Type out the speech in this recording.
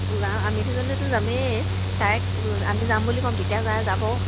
ওলাম আমি দুজনীতো যামেই তাইক আমি যাম বুলি ক'ম তেতিয়া যাই যাব